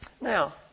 Now